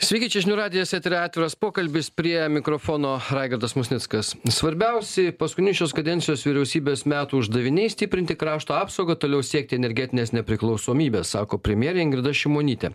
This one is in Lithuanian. sveiki čia žinių radijas eteryje pokalbis prie mikrofono raigardas musnickas svarbiausi paskutiniai šios kadencijos vyriausybės metų uždaviniai stiprinti krašto apsaugą toliau siekti energetinės nepriklausomybės sako premjerė ingrida šimonytė